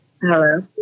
Hello